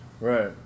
Right